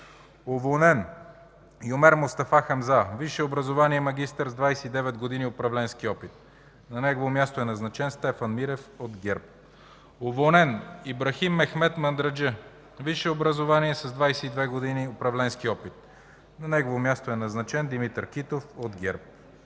Уволнен: Юмер Мустафа Хамза. Висше образование, магистър, с 29 години управленски опит. На негово място е назначен Стефан Мирев от ГЕРБ. Уволнен: Ибрахим Мехмед Мандраджъ. Висше образование, с 22 години управленски опит. На негово място е назначен Димитър Китов от ГЕРБ.